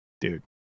dude